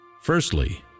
Firstly